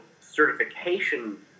certification